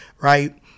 right